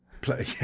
play